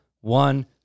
one